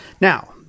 now